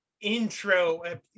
intro